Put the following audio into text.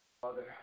Father